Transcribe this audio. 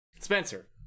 spencer